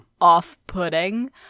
off-putting